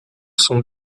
son